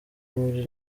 muri